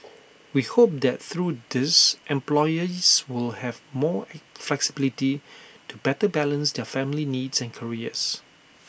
we hope that through these employees will have more flexibility to better balance their family needs and careers